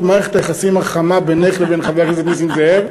מערכת היחסים החמה בינך לבין חבר הכנסת נסים זאב.